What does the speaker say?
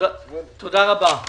תודה רבה.